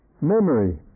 memory